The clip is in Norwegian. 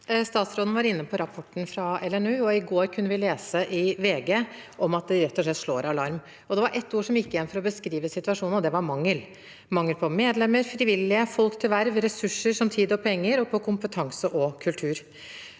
Statsråden var inne på rapporten fra LNU. I går kunne vi lese i VG om at de rett og slett slår alarm. Det var ett ord som gikk igjen for å beskrive situasjonen, og det var «mangel» – mangel på medlemmer, frivillige og folk til verv, mangel på ressurser som tid og penger og mangel på kompetanse og kultur.